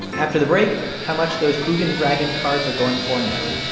after the break, how much those ugin dragon cards are going for now